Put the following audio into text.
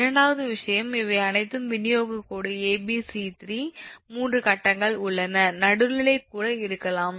இரண்டாவது விஷயம் இவை அனைத்தும் விநியோகக் கோடு 𝑎 𝑏 𝑐 3 கட்டங்கள் உள்ளன நடுநிலை கூட இருக்கலாம்